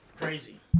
crazy